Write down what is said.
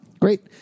Great